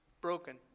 broken